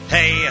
Hey